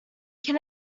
can